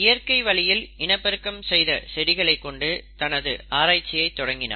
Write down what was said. இயற்கை வழியில் இனப்பெருக்கம் செய்த செடிகளை கொண்டு தனது ஆராய்ச்சியை தொடங்கினார்